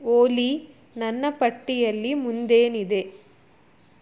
ಓಲೀ ನನ್ನ ಪಟ್ಟಿಯಲ್ಲಿ ಮುಂದೇನಿದೆ